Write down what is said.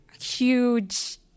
huge